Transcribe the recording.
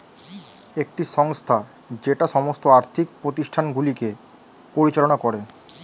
একটি সংস্থা যেটা সমস্ত আর্থিক প্রতিষ্ঠানগুলিকে পরিচালনা করে